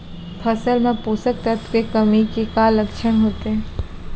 फसल मा पोसक तत्व के कमी के का लक्षण होथे?